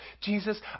Jesus